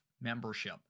membership